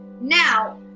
Now